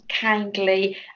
kindly